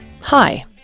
Hi